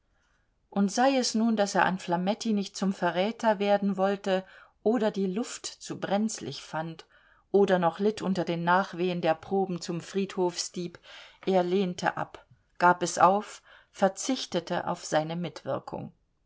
und sei es nun daß er an flametti nicht zum verräter werden wollte oder die luft zu brenzlich fand oder noch litt unter den nachwehen der proben zum friedhofsdieb er lehnte ab gab es auf verzichtete auf seine mitwirkung